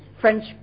French